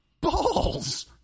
balls